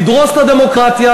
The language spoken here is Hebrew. נדרוס את הדמוקרטיה,